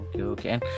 Okay